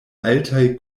altaj